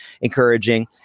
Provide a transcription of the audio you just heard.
encouraging